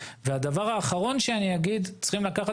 אנחנו נמצאים היום במקום קצת